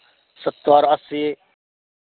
सत्तरि अस्सी